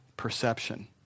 perception